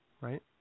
right